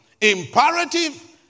imperative